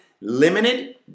limited